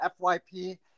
fyp